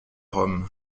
rome